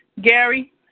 Gary